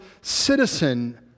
citizen